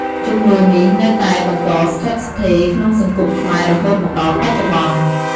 ជំនឿនេះនៅតែបន្តស្ថិតស្ថេរក្នុងសង្គមខ្មែររហូតមកដល់បច្ចុប្បន្ន។